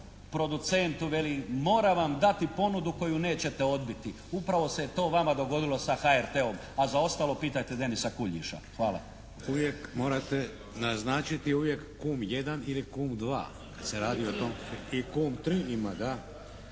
producentu veli moram vam dati ponudu koju nećete odbiti. Upravo se je to vama dogodilo sa HRT-om, a za ostalo pitajte Denisa Kuljiša. Hvala. **Šeks, Vladimir (HDZ)** Uvijek morate naznačiti, uvijek Kum I ili Kum II kad se radi o tom, i Kum III ima, da.